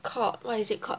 called what is it called